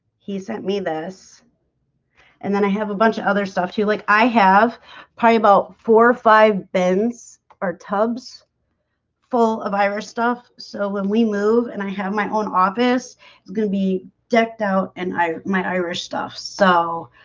he sent me this and then i have a bunch of other stuff too. like i have pi about four or five bins or tubs full of irish stuff. so when we move and i have my own office, it's gonna be decked out and i might irish stuff so